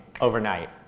overnight